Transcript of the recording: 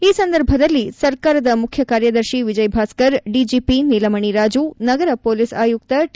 ಈ ಸಂದರ್ಭದಲ್ಲಿ ಸರ್ಕಾರದ ಮುಖ್ಯಕಾರ್ಯದರ್ಶಿ ವಿಜಯ್ ಭಾಸ್ಕರ್ ಡಿಜಿಪಿ ನೀಲಮಣಿ ರಾಜು ನಗರ ಪೊಲೀಸ್ ಆಯುಕ್ತ ಟ